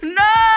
no